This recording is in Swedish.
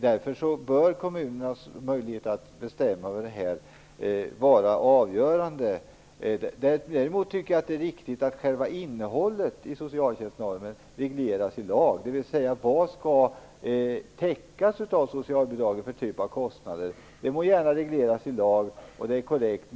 Därför bör kommunernas möjlighet att bestämma över nivån vara avgörande. Däremot tycker jag att det är riktigt att själva innehållet i socialtjänstlagen regleras i lag, dvs. vilken typ av kostnader som skall täckas av socialbidragen. Det må gärna regleras i lag. Det är korrekt.